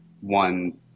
one